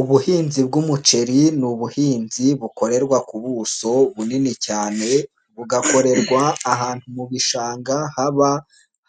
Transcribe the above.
Ubuhinzi bw'umuceri ni ubuhinzi bukorerwa ku buso bunini cyane, bugakorerwa ahantu mu bishanga haba